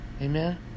Amen